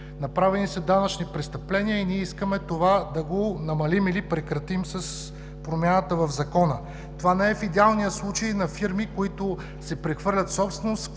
направени са данъчни престъпления. Ние искаме да намалим или прекратим това с промяната в Закона. Това не е идеалният случай на фирми, които си прехвърлят собственост,